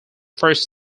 first